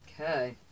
Okay